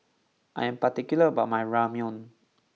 I am particular about my Ramyeon